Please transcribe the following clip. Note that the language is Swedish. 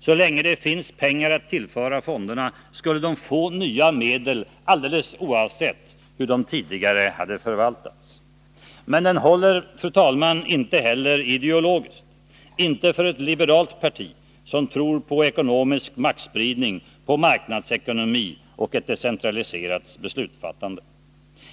Så länge det finns pengar att tillföra fonderna skulle de få nya medel, oavsett hur de tidigare hade förvaltats. Men den håller inte heller, fru talman, ideologiskt — inte för ett liberalt parti, som tror på ekonomisk maktspridning, marknadsekonomi och ett decentraliserat beslutsfattande.